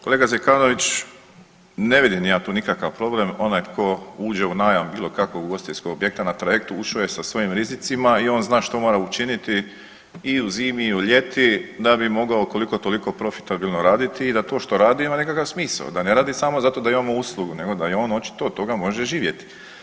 Kolega Zekanović ne vidim ja tu nikakav problem onaj tko uđe u najam bilo kakvog ugostiteljskog objekta na trajektu ušao je sa svojim rizicima i on zna što mora učiniti i u zimi i u ljeti da bi mogao koliko toliko profitabilno raditi i da to što radi ima nekakav smisao, da ne radi samo zato da imamo uslugu nego da i on očito od toga može živjeti.